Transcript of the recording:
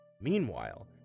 Meanwhile